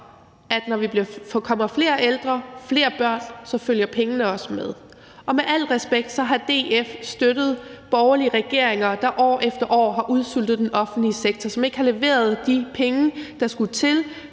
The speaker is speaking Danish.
at når der kommer flere ældre og flere børn, følger pengene også med. Og med al respekt vil jeg sige, at DF har støttet borgerlige regeringer, der år efter år har udsultet den offentlige sektor, og som ikke har leveret de penge, der skulle til,